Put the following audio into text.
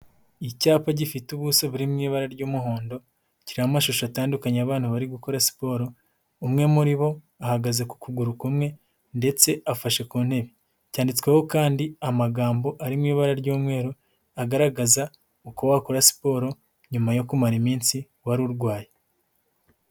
Icyapa gifite ubusa buri mu ibara ry'umuhondo, kiriho amashusho atandukanye y'abantu bari gukora siporo, umwe muri bo ahagaze ku kuguru kumwe, ndetse afashe ku ntebe. Cyanditsweho kandi amagambo ari mu ibara ry'umweru, agaragaza uko wakora siporo nyuma yo kumara iminsi wari urwaye.